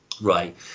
right